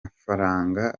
mafaranga